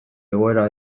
egoera